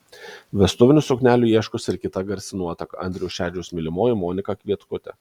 vestuvinių suknelių ieškosi ir kita garsi nuotaka andriaus šedžiaus mylimoji monika kvietkutė